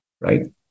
right